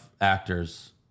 actors